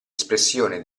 espressione